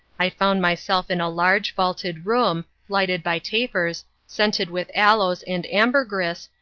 i found myself in a large, vaulted room, lighted by tapers, scented with aloes and ambergris,